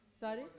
Sorry